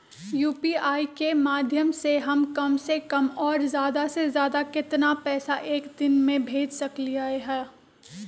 UPI के माध्यम से हम कम से कम और ज्यादा से ज्यादा केतना पैसा एक दिन में भेज सकलियै ह?